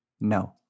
No